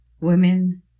women